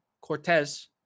Cortez